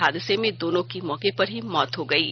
हादसे में दोनों की मौके पर ही मौत हो गयी